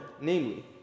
namely